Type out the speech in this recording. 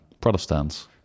protestants